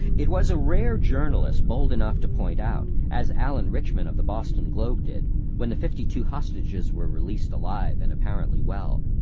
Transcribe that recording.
it was a rare journalist bold enough to point out, as alan richman of the boston globe did when the fifty-two hostages were released alive and apparently well,